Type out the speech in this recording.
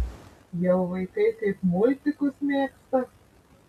jau vaikai kaip multikus mėgsta